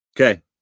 Okay